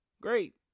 great